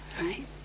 Right